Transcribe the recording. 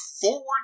forward